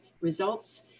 results